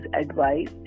advice